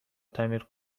تعمیر